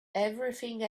everything